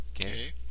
Okay